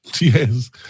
Yes